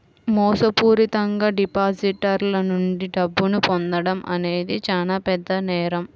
మోసపూరితంగా డిపాజిటర్ల నుండి డబ్బును పొందడం అనేది చానా పెద్ద నేరం